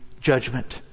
judgment